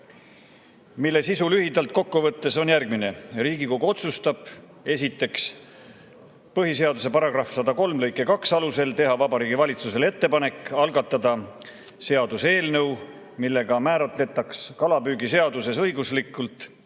mille sisu lühidalt kokku võttes on järgmine. Riigikogu otsustab, esiteks, põhiseaduse § 103 lõike 2 alusel teha Vabariigi Valitsusele ettepanek algatada seaduseelnõu, millega määratletaks kalapüügiseaduses õiguslikult